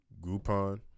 Groupon